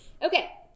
Okay